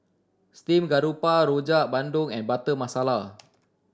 steamed garoupa Rojak Bandung and Butter Masala